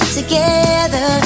together